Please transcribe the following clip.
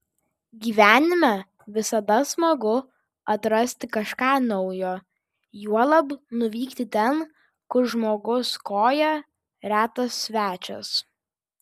gyvenime visada smagu atrasti kažką naujo juolab nuvykti ten kur žmogus koja retas svečias